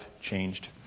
changed